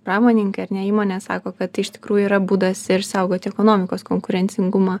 pramonininkai ar ne įmonės sako kad tai iš tikrųjų yra būdas išsaugoti ekonomikos konkurencingumą